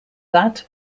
that